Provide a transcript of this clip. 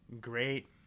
great